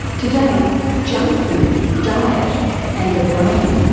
today junk food, diet and the brain.